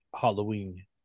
Halloween